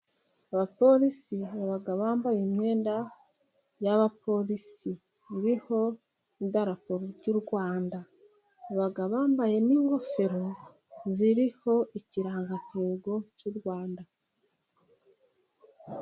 Abapolisi, abagabo bambaye imyenda y'abapolisi iriho idaraporo ry'u Rwanda, gabo bambaye n'ingofero ziriho ikirangantego cy'u Rwanda.